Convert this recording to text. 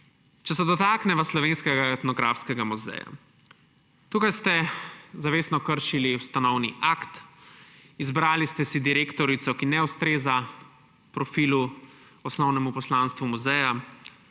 Če se dotakneva Slovenskega etnografskega muzeja. Tukaj ste zavestno kršili ustanovni akt. Izbrali ste si direktorico, ki ne ustreza profilu, osnovnemu poslanstvu muzeja.